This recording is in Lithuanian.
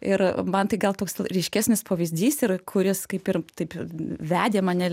ir man tai gal toks ryškesnis pavyzdys ir kuris kaip ir taip vedė mane